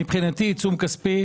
מבחינתי עיצום כספי